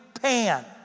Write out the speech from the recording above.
Pan